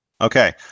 Okay